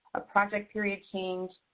a project period change,